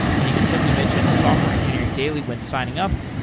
and you can simply mention software engineering daily when signing up.